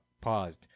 Paused